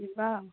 ଯିବା ଆଉ